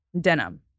denim